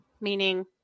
Meaning